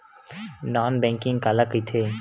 Non banking काला कइथे?